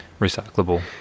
recyclable